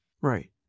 Right